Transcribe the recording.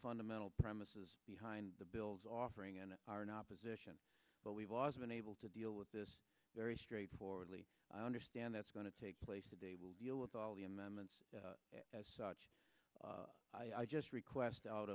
fundamental premises behind the bills offering and are in opposition but we've always been able to deal with this very straightforwardly i understand that's going to take place today will deal with all the amendments as such i just request out